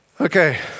Okay